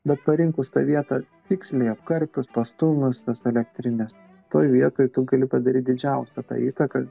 bet parinkus tą vietą tiksliai apkarpius pastūmus tas elektrines toj vietoj tu gali padaryt didžiausią įtaką